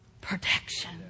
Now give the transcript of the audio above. protection